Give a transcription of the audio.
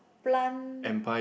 plant